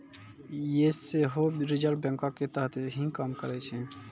यें सेहो रिजर्व बैंको के तहत ही काम करै छै